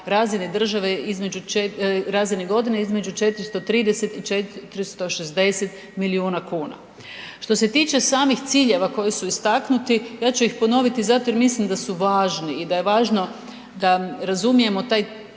razini godine, između 430 i 460 milijuna kuna. Što se tiče samih ciljeva koji su istaknuti, ja ću ih ponoviti zato jer mislim da su važni i da je važno da razumijemo taj